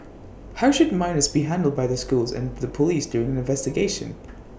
how should minors be handled by their schools and the Police during an investigation